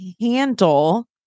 handle